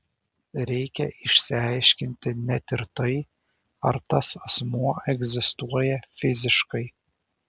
reikia išsiaiškinti net ir tai ar tas asmuo egzistuoja fiziškai